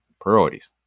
priorities